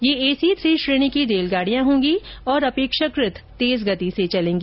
ये AC three श्रेणी की रेलगाडियां होंगी और अपेक्षाकृत तेज गति से चलेंगी